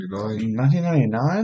1999